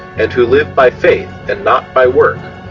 and who live by faith and not by work.